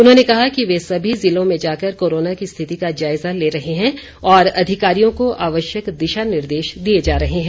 उन्होंने कहा कि वे सभी ज़िलों में जाकर कोरोना की स्थिति का जायजा ले रहे हैं और अधिकारियों को आवश्यक दिशा निर्देश दिए जा रहे हैं